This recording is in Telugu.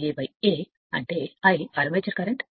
Ia A అంటేI ఆర్మేచర్ కరెంట్